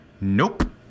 nope